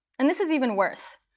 and this is even worse.